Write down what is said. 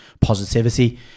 positivity